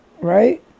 Right